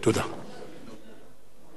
תודה.